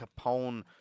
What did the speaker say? Capone